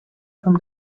from